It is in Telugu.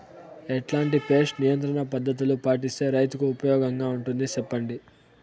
ఎట్లాంటి పెస్ట్ నియంత్రణ పద్ధతులు పాటిస్తే, రైతుకు ఉపయోగంగా ఉంటుంది సెప్పండి?